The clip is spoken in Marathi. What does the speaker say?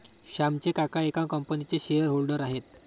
श्यामचे काका एका कंपनीचे शेअर होल्डर आहेत